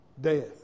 Death